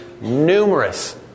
numerous